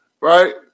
right